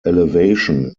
elevation